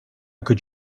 could